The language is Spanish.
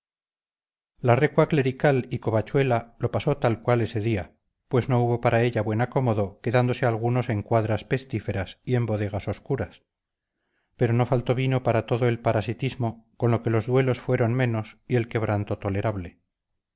la recua clerical y covachuela lo pasó tal cual ese día pues no hubo para ella buen acomodo quedándose algunos en cuadras pestíferas y en bodegas obscuras pero no faltó vino para todo el parasitismo con lo que los duelos fueron menos y el quebranto tolerable